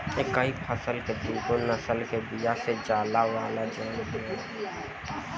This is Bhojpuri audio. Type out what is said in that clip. एकही फसल के दूगो नसल के बिया से इ बीज तैयार कईल जाला जवना के हाई ब्रीड के बीज कहल जाला